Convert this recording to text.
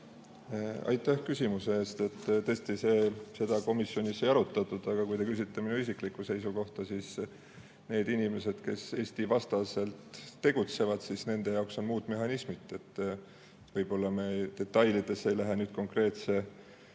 Aitäh küsimuse eest! Tõesti, seda komisjonis ei arutatud, aga kui te küsite minu isiklikku seisukohta, siis nende inimeste jaoks, kes Eesti-vastaselt tegutsevad, on muud mehhanismid. Võib-olla me detailidesse ei lähe nüüd konkreetse